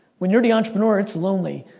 when you're the entrepreneur, it's lonely.